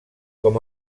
com